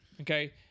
okay